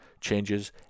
changes